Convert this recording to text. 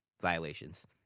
violations